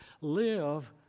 Live